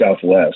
southwest